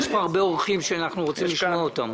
יש פה הרבה אורחים שאנחנו רוצים לשמוע אותם.